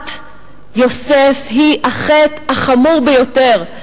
מכירת יוסף היא החטא החמור ביותר,